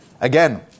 Again